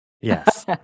Yes